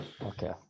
Okay